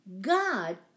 God